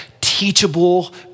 Teachable